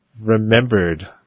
remembered